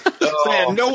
No